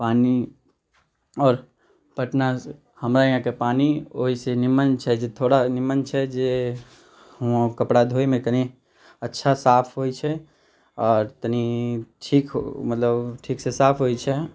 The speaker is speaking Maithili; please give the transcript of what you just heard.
पानि आओर पटना हमरा यहाँके पानि ओहि से नीमन छै थोड़ा नीमन छै जे वहाँ कपड़ा धोएमे कनि अच्छा साफ होइत छै आओर तनि ठीक मतलब ठीक से साफ होइत छै